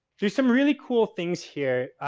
there's some really cool things here.